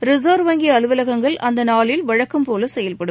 reserve வங்கி அலுவலகங்கள் அந்த நாளில் வழக்கம்போல செயல்படும்